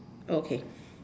oh okay